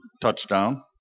touchdown